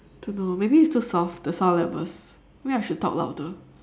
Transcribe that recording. don't know maybe it's too soft the sound levels maybe I should talk louder